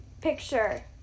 picture